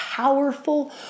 powerful